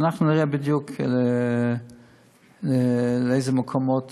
אנחנו נראה בדיוק לאיזה מקומות